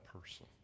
person